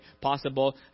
possible